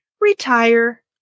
retire